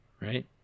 right